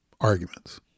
arguments